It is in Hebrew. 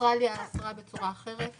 אוסטרליה אסרה בצורה אחרת.